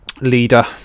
leader